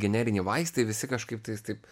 generiniai vaistai visi kažkaip tais taip